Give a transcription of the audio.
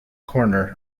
corner